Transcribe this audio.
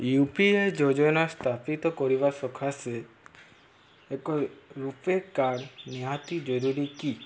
you P I ଯୋଜନା ସ୍ଥାପିତ କରିବା ସକାଶେ ଏକ ରୂପେ କାର୍ଡ଼୍ ନିହାତି ଜରୁରୀ କି